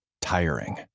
tiring